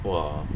!wah!